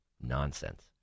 Nonsense